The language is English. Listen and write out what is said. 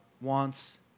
wants